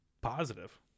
Positive